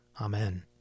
Amen